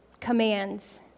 Commands